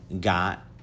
got